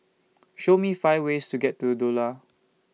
Show Me five ways to get to Doha